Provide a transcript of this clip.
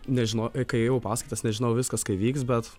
nežino kai ėjau paskaitas nežinau viskas vyks bet